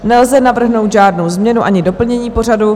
Nelze navrhnout žádnou změnu ani doplnění pořadu.